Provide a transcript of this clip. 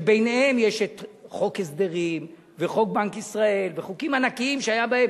וביניהם חוק ההסדרים וחוק בנק ישראל וחוקים ענקיים שהיה בהם,